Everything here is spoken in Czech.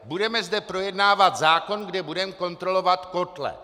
Budeme zde projednávat zákon, kde budeme kontrolovat kotle.